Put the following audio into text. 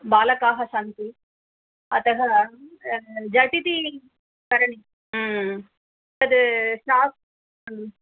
बालकाः सन्ति अतः झटिति करणीयं तद् शोक्